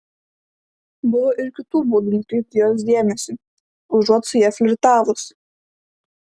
buvo ir kitų būdų nukreipti jos dėmesį užuot su ja flirtavus